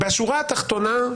בשורה התחתונה,